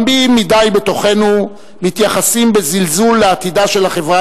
רבים מדי בתוכנו מתייחסים בזלזול לעתידה של החברה